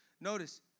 Notice